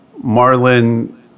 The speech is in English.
Marlin